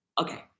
Okay